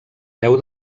peu